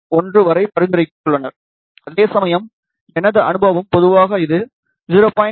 4l என பரிந்துரைத்துள்ளனர் அதேசமயம் எனது அனுபவம் பொதுவாக இது 0